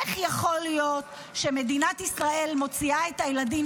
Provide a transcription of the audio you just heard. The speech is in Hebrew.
איך יכול להיות שמדינת ישראל מוציאה את הילדים